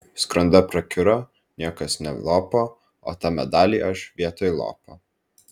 skranda prakiuro niekas nelopo o tą medalį aš vietoj lopo